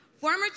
Former